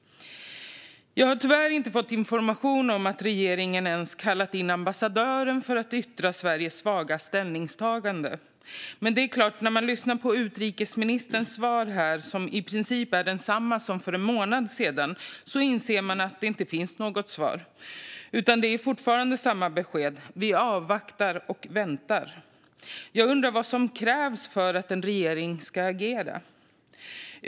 Jag har tyvärr inte fått information om att regeringen ens kallat in ambassadören för att yttra Sveriges svaga ställningstagande. Men det är klart att när man lyssnar på utrikesministerns svar här, som i princip är detsamma som för en månad sedan, inser man att det inte finns något svar. Det är fortfarande samma besked: Vi avvaktar och väntar. Jag undrar vad som krävs för att en regering ska agera.